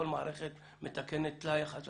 כל מערכת מתקנת טלאי אחר טלאי.